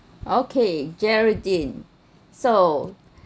okay jeraldine so